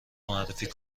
معرفی